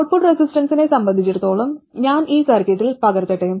output റെസിസ്റ്റൻസിനെ സംബന്ധിച്ചിടത്തോളം ഞാൻ ഈ സർക്യൂട്ടിൽ പകർത്തട്ടെ